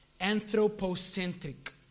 anthropocentric